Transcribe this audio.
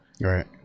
Right